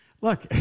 look